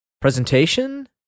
presentation